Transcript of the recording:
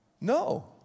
No